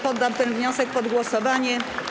Poddam ten wniosek pod głosowanie.